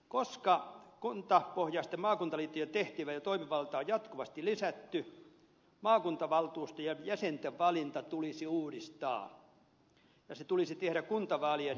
koska kuntapohjaisten maakuntaliittojen tehtäviä ja toimivaltaa on jatkuvasti lisätty maakuntavaltuustojen jäsenten valinta tulisi uudistaa ja se tulisi tehdä kuntavaalien yhteydessä